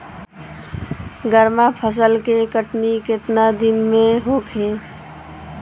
गर्मा फसल के कटनी केतना दिन में होखे?